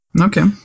Okay